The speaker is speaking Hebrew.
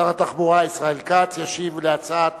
שר התחבורה ישראל כץ ישיב על הצעת